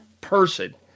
person